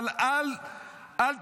אבל אל תטעו,